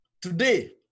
today